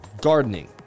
gardening